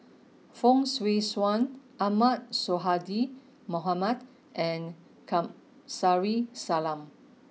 Fong Swee Suan Ahmad Sonhadji Mohamad and Kamsari Salam